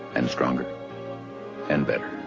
and stronger and better.